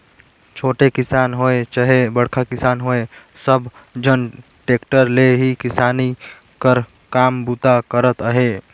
छोटे किसान होए चहे बड़खा किसान होए सब झन टेक्टर ले ही किसानी कर काम बूता करत अहे